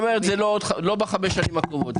כלומר לא בחמש השנים הקרובות.